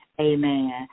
Amen